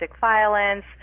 violence